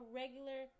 regular